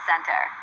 Center